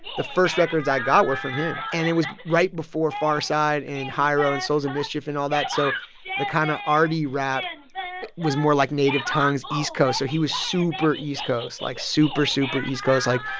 the first records i got were from him. and it was right before pharcyde and hiero and souls of mischief and all that. so the kind of arty rap was more like native tongues east coast, so he was super east coast like super, super east coast. like,